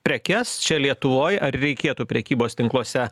prekes čia lietuvoj ar reikėtų prekybos tinkluose